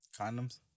condoms